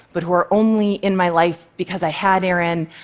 but who are only in my life because i had aaron